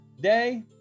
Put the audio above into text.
day